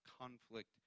conflict